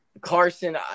Carson